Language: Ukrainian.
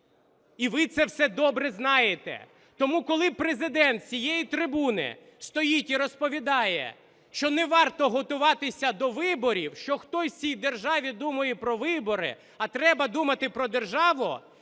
І ви це все добре знаєте. Тому, коли Президент з цієї трибуни стоїть і розповідає, що не варто готуватися до виборів, що хтось в цій державі думає про вибори, а треба думати про державу,